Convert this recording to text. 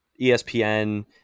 ESPN